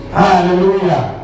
hallelujah